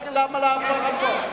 מה זה,